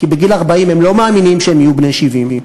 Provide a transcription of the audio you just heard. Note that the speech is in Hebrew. כי בגיל 40 הם לא מאמינים שהם יהיו בני 70,